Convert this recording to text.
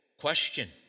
question